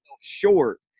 short